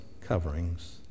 coverings